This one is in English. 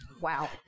Wow